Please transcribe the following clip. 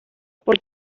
por